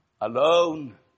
alone